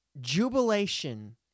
jubilation